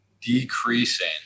decreasing